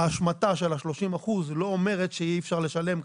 ההשמטה של ה-30% היא לא אומרת שאי אפשר לשלם ככה.